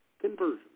conversion